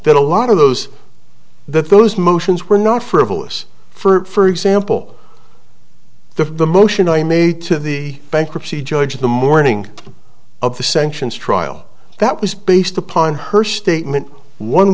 that a lot of those that those motions were not frivolous for example the the motion i made to the bankruptcy judge in the morning of the sanctions trial that was based upon her statement one